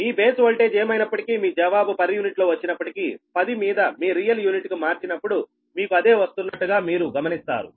మీ base voltage ఏమైనప్పటికీమీ జవాబు per యూనిట్లో వచ్చినప్పటికీ 10 మీద మీ రియల్ యూనిట్ కు మార్చినప్పుడు మీకు అదే వస్తున్నట్టుగా మీరు గమనిస్తారు